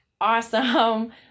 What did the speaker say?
awesome